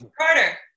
Carter